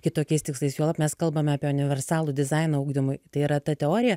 kitokiais tikslais juolab mes kalbame apie universalų dizainą ugdymui tai yra ta teorija